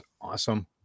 awesome